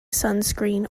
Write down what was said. sunscreen